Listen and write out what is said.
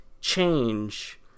change